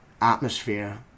atmosphere